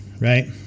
Right